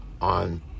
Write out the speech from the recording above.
on